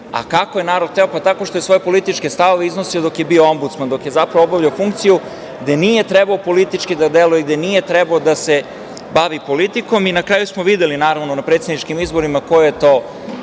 Kako je narod hteo? Pa, tako što je svoje političke stavove iznosio dok je bio Ombudsman, zapravo dok je obavljao funkciju gde nije trebao politički da deluje i da nije trebao da se bavi politikom. Na kraju smo videli, naravno na predsedničkim izborima, koja je to